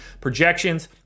Projections